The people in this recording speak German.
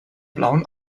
blauen